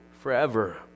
forever